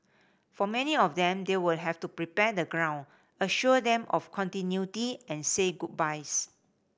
for many of them they will have to prepare the ground assure them of continuity and say goodbyes